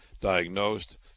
diagnosed